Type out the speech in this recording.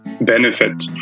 benefit